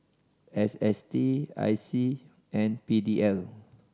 S S T I C and P D L